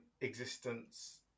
existence